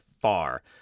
far